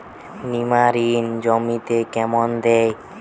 নিমারিন জমিতে কেন দেয়?